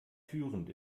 führend